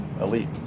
elite